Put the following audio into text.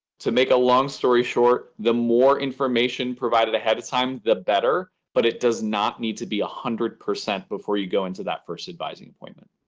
to make a long story short, the more information provided ahead of time, the better. but it does not need to be one hundred percent before you go into that first advising appointment?